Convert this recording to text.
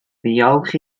ddiolch